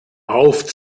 auf